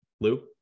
Lou